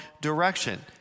direction